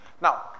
Now